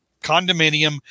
condominium